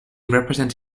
represents